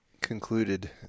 concluded